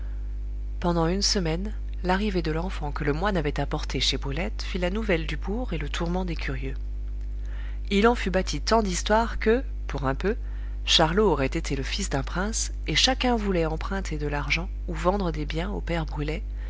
pendant une semaine l'arrivée de l'enfant que le moine avait apporté chez brulette fit la nouvelle du bourg et le tourment des curieux il en fut bâti tant d'histoires que pour un peu charlot aurait été le fils d'un prince et chacun voulait emprunter de l'argent ou vendre des biens au père brulet